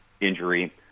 injury